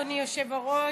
אדוני היושב-ראש,